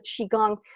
Qigong